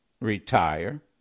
retire